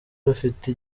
bafite